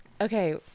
okay